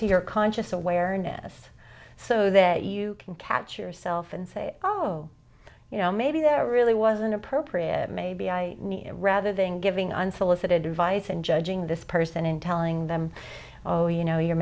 to your conscious awareness so that you can catch yourself and say oh you know maybe there really was an appropriate maybe i need it rather than giving unsolicited advice and judging this person and telling them oh you know you're